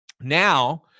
Now